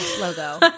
logo